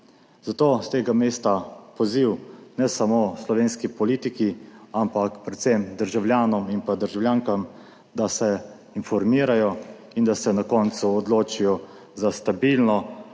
Zato s tega mesta poziv ne samo slovenski politiki, ampak predvsem državljanom in državljankam, da se informirajo in da se na koncu odločijo za stabilno,